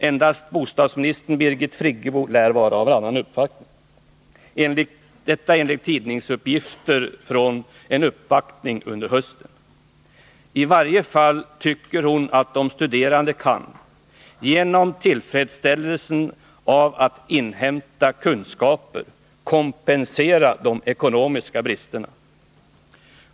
Endast bostadsministern Birgit Friggebo lär vara av annan uppfattning, detta enligt tidningsuppgifter från en uppvaktning under hösten. I varje fall tycker hon att de studerande genom tillfredsställelsen att inhämta kunskaper kan kompensera de ekonomiska bristerna.